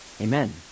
Amen